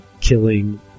killing